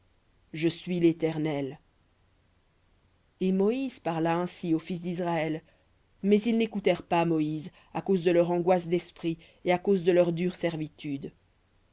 et moïse parla ainsi aux fils d'israël mais ils n'écoutèrent pas moïse à cause de leur angoisse d'esprit et à cause de leur dure servitude